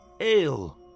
ale